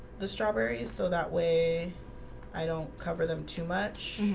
the strawberries so that way i don't cover them too much